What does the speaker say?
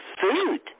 food